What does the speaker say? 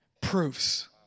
proofs